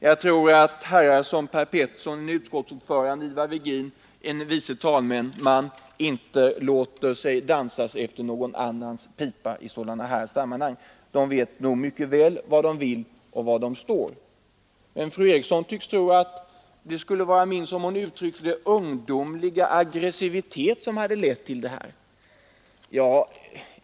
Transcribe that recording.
Jag tror att herrar som Per Petersson — utskottsordförande — och Ivar Virgin — vice talman — inte dansar efter någons pipa i sådana här sammanhang. De vet mycket väl vad de vill och var de står. Men fru Eriksson tycks tro att det skulle vara min, som hon uttryckte det, ungdomliga aggressivitet som hade lett till yttrandet.